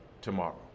tomorrow